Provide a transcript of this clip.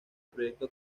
proyecto